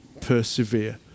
persevere